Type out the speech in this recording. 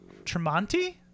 Tremonti